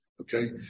okay